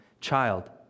child